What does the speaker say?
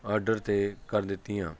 order ਤਾਂ ਕਰ ਦਿੱਤੀਆਂ